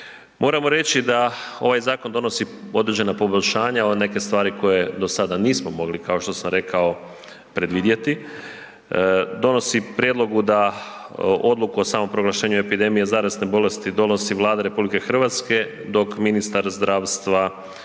Moramo reći da ovaj zakon donosi određena poboljšanja, neke stvari koje do sada nismo mogli kao što sam rekao predvidjeti. Donosi prijedlog da odluku o samom proglašenju epidemije zarazne bolesti donosi Vlada RH dok ministar zdravstva